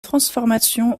transformation